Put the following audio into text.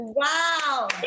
Wow